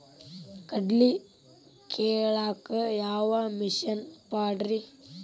ಕಡ್ಲಿ ಕೇಳಾಕ ಯಾವ ಮಿಷನ್ ಪಾಡ್ರಿ?